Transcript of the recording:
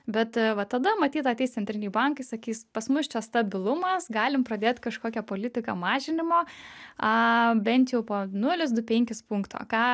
bet va tada matyt ateis centriniai bankai sakys pas mus čia stabilumas galim pradėt kažkokią politiką mažinimo a bent jau po nulis du penkis punkto ką